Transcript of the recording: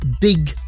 big